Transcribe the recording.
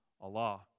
Allah